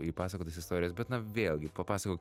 į pasakotas istorijas bet na vėlgi papasakok